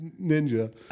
ninja